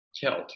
killed